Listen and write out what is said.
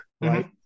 right